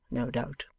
no doubt.